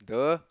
the